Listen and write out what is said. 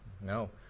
No